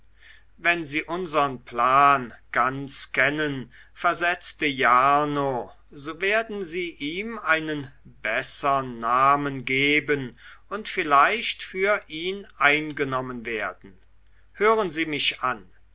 wenn sie unsern plan ganz kennen versetzte jarno so werden sie ihm einen bessern namen geben und vielleicht für ihn eingenommen werden hören sie mich an